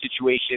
situation